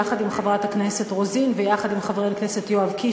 יחד עם חברת הכנסת רוזין ויחד עם חבר הכנסת יואב קיש,